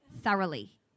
thoroughly